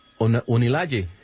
Onilaje